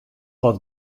dat